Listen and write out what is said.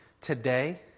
Today